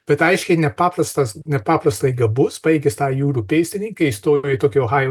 bet aiškiai nepaprastas nepaprastai gabus baigęs tą jūrų pėstininkai įstojo į tokio ohajo